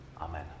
Amen